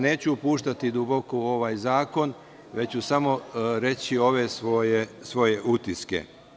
Neću se upuštati duboko u ovaj zakon, već su samo reći svoje utiske.